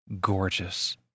Gorgeous